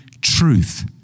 truth